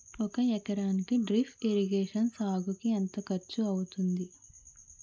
ఒక ఎకరానికి drip irrigation సాగుకు ఎంత ఖర్చు అవుతుంది?